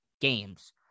games